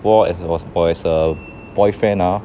我 as a a~ a as a boyfriend ah